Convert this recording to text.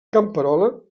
camperola